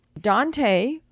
Dante